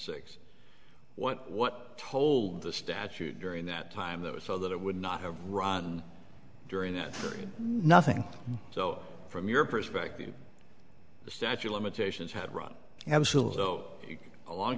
six what what told the statute during that time that was so that it would not have run during that period nothing so from your perspective the statue of limitations had run a